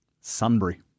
Sunbury